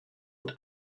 und